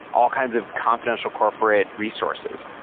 all kinds of confidential corporate resources.